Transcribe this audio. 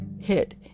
hit